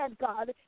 God